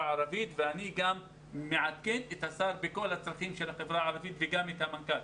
הערבית ואני גם מעדכן את השר בכל הצרכים של החברה הערבית וגם את המנכ"ל.